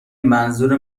منظور